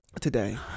Today